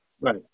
Right